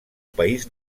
país